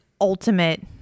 ultimate